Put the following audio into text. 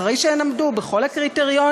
אחרי שהן עמדו בכל הקריטריונים,